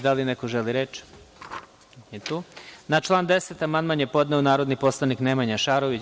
Da li neko želi reč? (Ne) Na član 10. amandman je podneo narodni poslanik Nemanja Šarović.